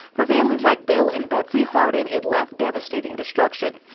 for families like bill and betsy hardin it left devastating destruction.